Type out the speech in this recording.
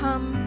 Come